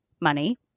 money